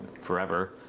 forever